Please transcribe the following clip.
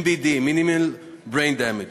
MBD, Minimal Brain Damage.